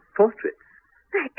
portraits